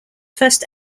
first